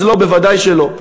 אז לא, ודאי שלא.